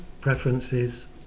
preferences